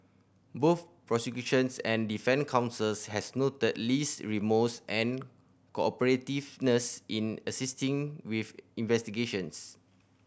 both prosecutions and defence counsels had noted Lee's remorse and cooperativeness in assisting with investigations